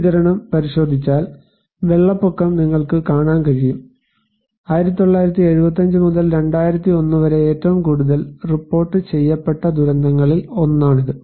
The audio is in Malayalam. ഈ വിതരണം പരിശോധിച്ചാൽ വെള്ളപ്പൊക്കം നിങ്ങൾക്ക് കാണാൻ കഴിയും 1975 മുതൽ 2001 വരെ ഏറ്റവും കൂടുതൽ റിപ്പോർട്ട് ചെയ്യപ്പെട്ട ദുരന്തങ്ങളിൽ ഒന്നാണിത്